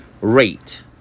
rate